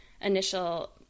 initial